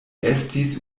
estis